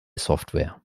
software